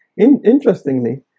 interestingly